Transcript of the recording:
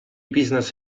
business